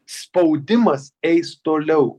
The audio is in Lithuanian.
spaudimas eis toliau